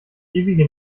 ewige